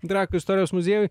trakų istorijos muziejui